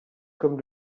comme